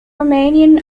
romanian